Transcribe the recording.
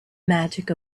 magic